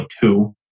two